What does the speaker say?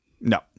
No